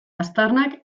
aztarnak